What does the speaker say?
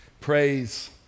praise